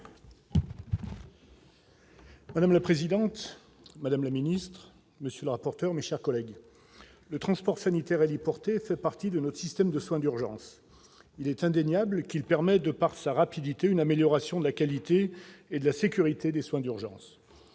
Madame la présidente, madame la secrétaire d'État, monsieur le rapporteur, mes chers collègues, le transport sanitaire héliporté fait partie de notre système de soins d'urgence. Il est indéniable qu'il permet de par sa rapidité une amélioration de la qualité et de la sécurité des soins d'urgence.